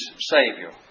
Savior